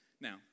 Now